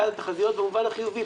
נקרא לזה תחזיות במובן החיובי,